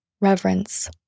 Reverence